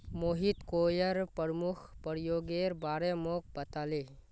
Mohit coir प्रमुख प्रयोगेर बारे मोक बताले